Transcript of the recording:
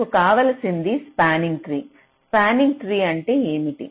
మనకు కావలసింది spanning tree spanning tree అంటే ఏమిటి